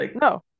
no